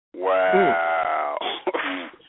Wow